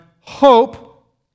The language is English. hope